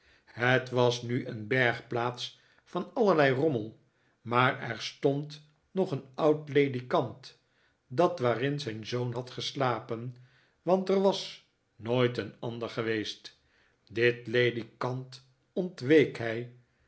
het was nu een bergplaats van allerlei rommel maar er stond nog een oud ledikant dat waarin zijn zoon had geslapen want er was nooit een ander geweest dit ledikant ontweek